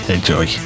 Enjoy